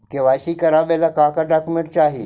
KYC करे ला का का डॉक्यूमेंट चाही?